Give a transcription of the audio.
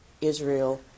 Israel